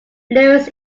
lewis